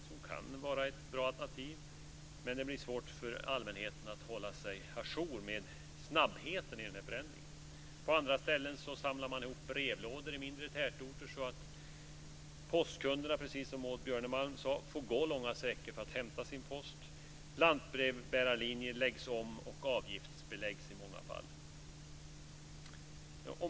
Dessa kan vara ett bra alternativ, men det blir svårt för allmänheten att hålla sig ajour med snabbheten i förändringen. På andra ställen, på mindre tätorter, samlar man ihop brevlådor så att postkunderna, som Maud Björnemalm sade, får gå långa sträckor för att hämta sin post. Lantbrevbärarlinjer läggs om och avgiftsbeläggs i många fall.